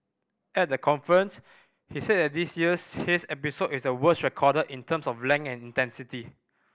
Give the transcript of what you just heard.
at the conference he said that this year's haze episode is the worst recorded in terms of length and intensity